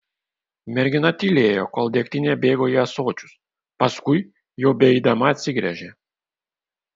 mergina tylėjo kol degtinė bėgo į ąsočius paskui jau beeidama atsigręžė